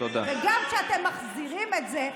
וגם כשאתם מחזירים את זה,